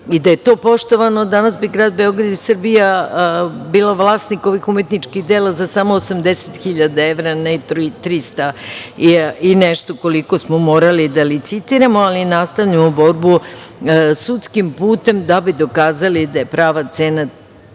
je to poštovano, danas bi grad Beograd i Srbija bila vlasnik ovih umetničkih dela za samo 80.000 evra, ne trista i nešto, koliko smo morali da licitiramo. Ali, nastavljamo borbu sudskim putem, da bi dokazali da je prava cena